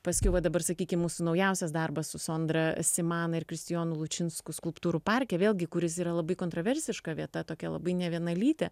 paskiau va dabar sakykim mūsų naujausias darbas su sondra simana ir kristijonulučinsku skulptūrų parke vėlgi kuris yra labai kontroversiška vieta tokia labai nevienalytė